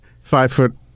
five-foot